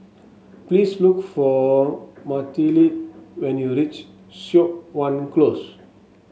please look for Mathilde when you reach Siok Wan Close